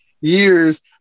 years